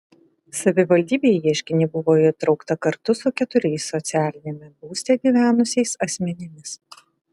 savivaldybė į ieškinį buvo įtraukta kartu su keturiais socialiniame būste gyvenusiais asmenimis